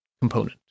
component